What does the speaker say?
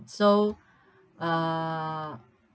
so uh